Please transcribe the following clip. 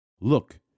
Look